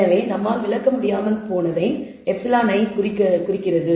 எனவே நம்மால் விளக்க முடியாமல் போனது εi என குறிக்கப்படுகிறது